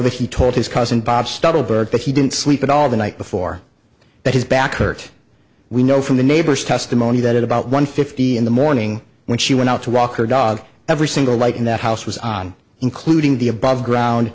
that he told his cousin bob startled her but he didn't sleep at all the night before that his back hurt we know from the neighbors testimony that about one fifty in the morning when she went out to walk her dog every single light in that house was on including the above ground